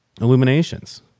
illuminations